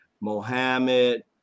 Mohammed